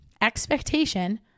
expectation